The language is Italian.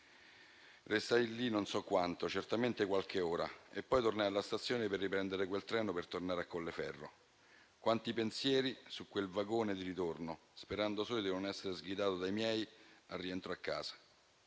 Restai lì non so quanto, certamente qualche ora, e poi tornai alla stazione per riprendere quel treno per tornare a Colleferro. Quanti pensieri su quel vagone di ritorno, sperando solo di non essere sgridato dai miei al rientro a casa.